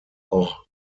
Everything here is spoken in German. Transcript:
auch